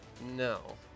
No